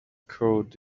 code